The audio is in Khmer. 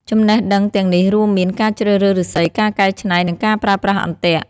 ចំណេះដឹងទាំងនេះរួមមាន ការជ្រើសរើសឫស្សី ការកែច្នៃ និងការប្រើប្រាស់អន្ទាក់។